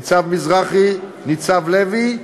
ניצב מזרחי, ניצב לוי,